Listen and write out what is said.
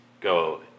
go